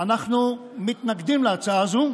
אנחנו מתנגדים להצעה הזאת,